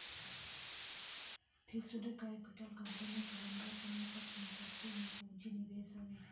fixed capital company क लंबा समय क संपत्ति में पूंजी निवेश हौ